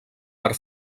per